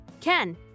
Ken